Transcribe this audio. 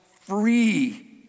free